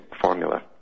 formula